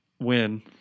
win